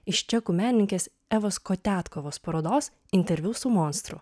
iš čekų menininkės evos kotiatkovos parodos interviu su monstru